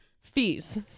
Fees